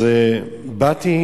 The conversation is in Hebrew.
באתי